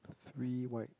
three white